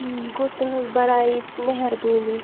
یہِ گو تُہنٛز بڈٲیی مہربٲنی